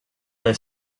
they